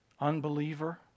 unbeliever